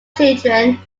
children